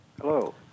Hello